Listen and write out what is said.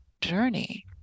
journey